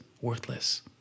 worthless